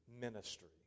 ministry